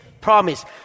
promise